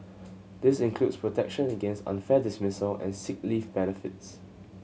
this includes protection against unfair dismissal and sick leave benefits